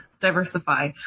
diversify